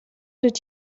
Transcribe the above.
did